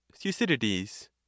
thucydides